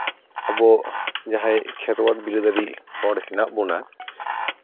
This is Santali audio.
ᱟᱵᱚ ᱡᱟᱦᱟᱸᱭ ᱠᱷᱮᱨᱣᱟᱞ ᱵᱤᱨᱟᱹᱫᱟᱹᱞᱤ ᱦᱚᱲ ᱢᱮᱱᱟᱜ ᱵᱚᱱᱟ